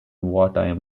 wartime